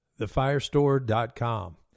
TheFirestore.com